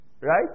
Right